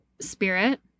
spirit